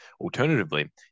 Alternatively